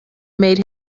made